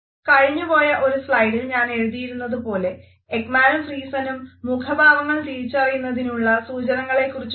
കഴിഞ്ഞുപോയ ഒരു സ്ലൈഡിൽ ഞാൻ എഴുതിയിരുന്നതുപോലെ എക്മാനും ഫ്രീസെനും മുഖഭാവങ്ങൾ തിരിച്ചറിയുന്നതിനുള്ള സൂച്ചനകളെക്കുറിച്ചു പറയുന്നു